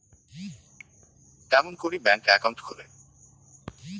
কেমন করি bank account খুলে?